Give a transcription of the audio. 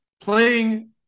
playing